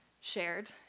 shared